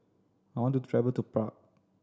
I want to travel to Prague